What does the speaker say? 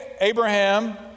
Abraham